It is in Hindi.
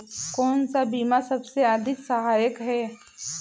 कौन सा बीमा सबसे अधिक सहायक है?